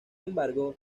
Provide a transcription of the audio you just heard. embargo